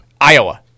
iowa